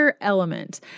Element